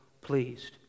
pleased